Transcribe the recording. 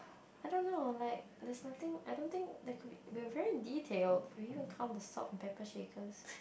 I don't know like there's nothing I don't think there could be we are very detailed we even count the salt and pepper shakers